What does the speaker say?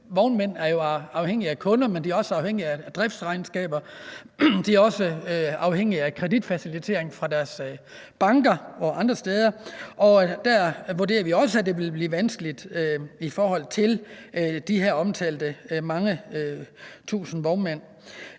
Vognmænd er jo afhængige af kunder, men de er også afhængige af driftsregnskaber, og de er også afhængige af kreditfacilitering fra deres banker og andre steder. Og der vurderer vi også, at det vil blive vanskeligt i forhold til de her omtalte mange tusinde vognmænd.